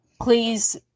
please